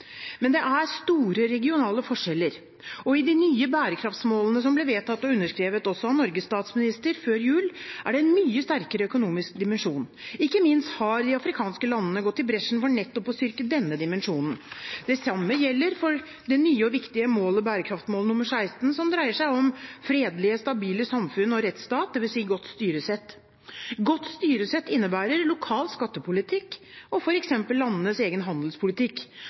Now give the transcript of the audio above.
Men det er store regionale forskjeller, og i de nye bærekraftsmålene som ble vedtatt og underskrevet – også av Norges statsminister – før jul, er det en mye sterkere økonomisk dimensjon. Ikke minst har de afrikanske landene gått i bresjen for nettopp å styrke denne dimensjonen. Det samme gjelder det nye og viktige målet, bærekraftsmål nr. 16, som dreier seg om fredelige, stabile samfunn og rettsstat, dvs. godt styresett. Godt styresett innebærer lokal skattepolitikk og f.eks. landenes egen handelspolitikk.